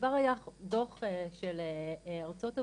כבר היה דו"ח של ארצות הברית,